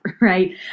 Right